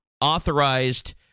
authorized